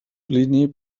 plini